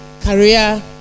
career